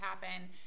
happen